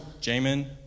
Jamin